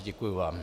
Děkuji vám.